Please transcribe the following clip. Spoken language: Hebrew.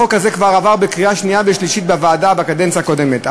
החוק הזה כבר עבר בקריאה שנייה ושלישית בוועדה בקדנציה הקודמת,